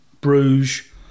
Bruges